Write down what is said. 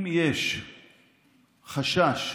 אם יש חשש שסרט,